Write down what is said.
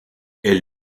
elle